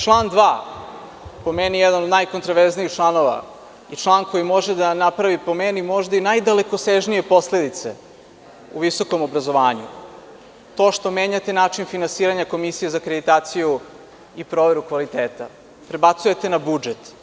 Član 2, a po meni jedan od najkontroverznijih članova i član koji može da napravi, po meni, možda i najdalekosežnije posledice u visokom obrazovanju, to je što menjate način finansiranja Komisije za akreditaciju i proveru kvaliteta i prebacujete na budžet.